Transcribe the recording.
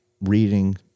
reading